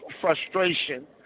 frustration